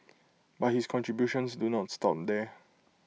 but his contributions do not stop there